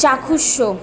চাক্ষুষ